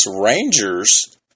Rangers